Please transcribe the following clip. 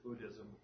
Buddhism